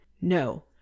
No